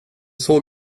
såg